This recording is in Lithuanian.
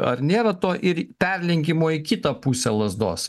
ar nėra to ir perlenkimo į kitą pusę lazdos